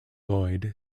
lloyd